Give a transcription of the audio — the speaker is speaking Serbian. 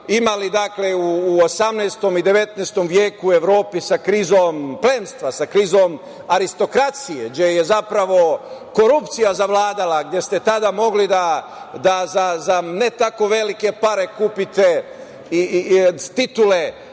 imali u 18. i 19. veku u Evropi sa krizom plemstva, sa krizom aristokratije, gde je zapravo korupcija zavladala, gde ste tada mogli da za ne tako velike pare kupiti titule,